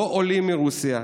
לא עולים מרוסיה,